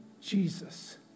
Jesus